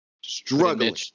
Struggling